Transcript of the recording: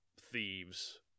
thieves